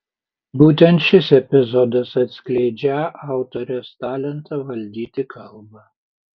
būtent šis epizodas atskleidžią autorės talentą valdyti kalbą